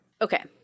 Okay